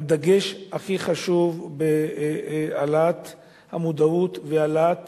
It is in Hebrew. הכי חשוב בהעלאת המודעות והעלאת